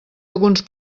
alguns